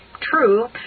True